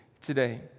today